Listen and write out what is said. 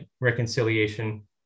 reconciliation